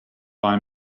buy